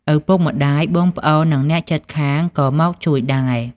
ឪពុកម្ដាយ បងប្អូន និងអ្នកជិតខាងក៏មកជួយដែរ។